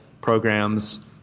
programs